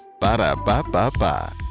Ba-da-ba-ba-ba